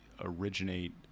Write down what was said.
originate